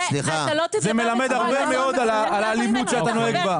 זה מלמד הרבה מאוד על האלימות שאתה נוהג בה.